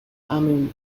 amun